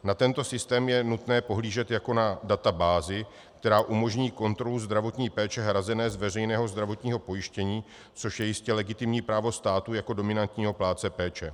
Na tento systém je nutné pohlížet jako na databázi, která umožní kontrolu zdravotní péče hrazené z veřejného zdravotního pojištění, což je jistě legitimní právo státu jako dominantního plátce péče.